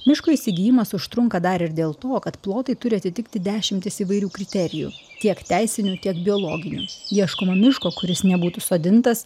miško įsigijimas užtrunka dar ir dėl to kad plotai turi atitikti dešimtis įvairių kriterijų tiek teisinių tiek biologinių ieškoma miško kuris nebūtų sodintas